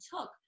took